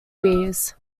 bees